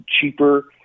cheaper